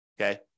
okay